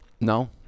no